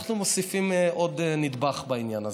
אנחנו מוסיפים עוד נדבך בעניין הזה.